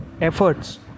efforts